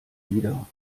wieder